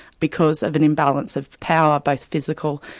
because of an imbalance of power, both physical,